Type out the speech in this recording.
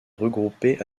regroupée